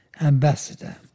Ambassador